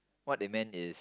what they meant is